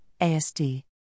ASD